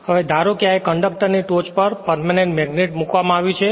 હવે ધારો કે આ કન્ડક્ટર ની ટોચ પર પર્મેનેંટ મેગ્નેટ મૂકવામાં આવ્યું છે